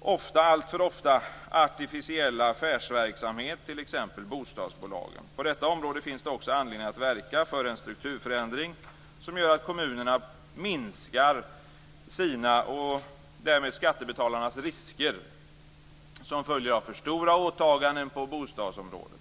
ofta - alltför ofta - artificiella affärsverksamhet, t.ex. bostadsbolagen. På detta område finns det också anledning att verka för en strukturförändring som gör att kommunerna minskar sina och därmed skattebetalarnas risker som följer av för stora åtaganden på bostadsområdet.